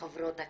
חברות הכנסת,